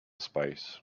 space